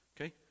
Okay